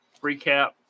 recap